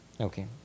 Okay